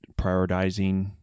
prioritizing